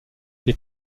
les